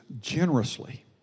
generously